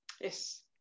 Yes